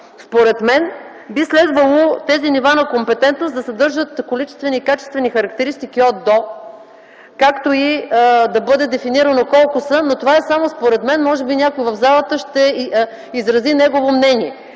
Според мен би следвало тези нива на компетентност да съдържат количествени и качествени характеристики „от-до”, както и да бъде дефинирано колко са. Но това е само според мен, а може би някой в залата ще изрази свое мнение.